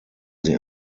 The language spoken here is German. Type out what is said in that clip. sie